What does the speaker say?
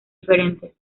diferentes